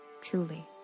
Truly